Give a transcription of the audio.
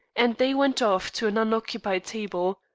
and they went off to an unoccupied table.